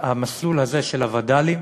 המסלול הזה של הווד"לים